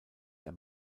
der